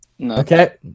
okay